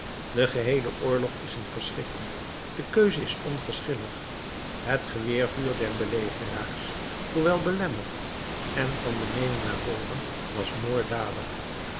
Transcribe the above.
de geheele oorlog is een verschrikking de keuze is onverschillig het geweervuur der belegeraars hoewel belemmerd en van beneden naar boven was moorddadig